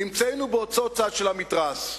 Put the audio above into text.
נמצאנו באותו צד של המתרס.